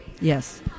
Yes